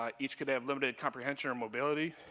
um each could have limited comprehension or mobility.